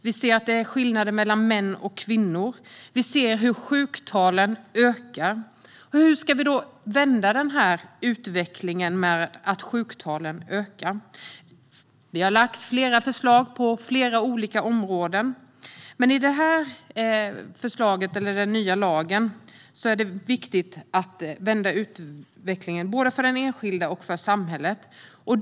Det är skillnader mellan män och kvinnor. Och vi ser att sjuktalen ökar. Hur ska vi då vända utvecklingen med ökande sjuktal? Vi har lagt fram flera förslag på olika områden. Med den nya lagen är det viktigt att vända den utvecklingen både för den enskilde och för samhället.